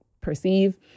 perceive